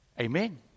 Amen